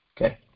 okay